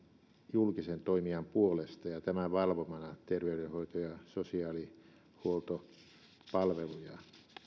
julkisen toimijan puolesta ja tämän valvomana terveydenhoito ja sosiaalihuoltopalveluja